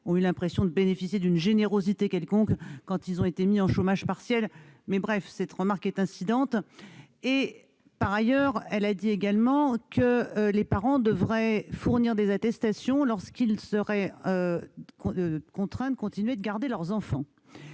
ont eu l'impression de bénéficier d'une générosité quelconque quand ils ont été mis au chômage partiel, mais bref ... Cette remarque est incidente. La ministre a également dit que les parents devront fournir une attestation lorsqu'ils seront contraints de continuer à garder leurs enfants.